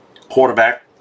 quarterback